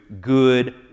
good